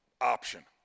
option